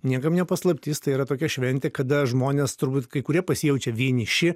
niekam ne paslaptis tai yra tokia šventė kada žmonės turbūt kai kurie pasijaučia vieniši